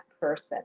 person